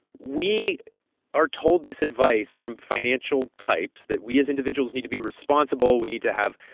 we are told this advice from financial types that we as individuals need to be responsible. we need to have,